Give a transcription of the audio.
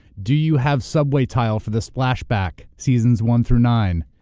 do you have subway tile for the splash back seasons one through nine.